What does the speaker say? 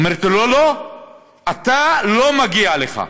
היא אומרת לו: לא, אתה, לא מגיע לך.